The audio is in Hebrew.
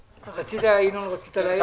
2021." חבר הכנסת אזולאי רצה להעיר משהו.